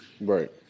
right